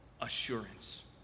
assurance